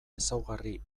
ezaugarri